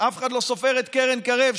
אף אחד לא סופר את קרן קרב,